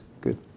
good